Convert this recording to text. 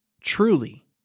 truly